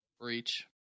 Breach